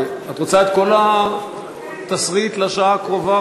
את רוצה את כל התסריט לשעה הקרובה,